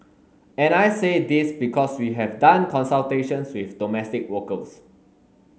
and I say this because we have done consultations with domestic workers